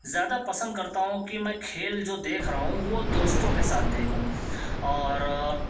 زیادہ پسند کرتا ہوں کہ میں کھیل جو دیکھ رہا ہوں وہ دوستو کے ساتھ دیکھوں اور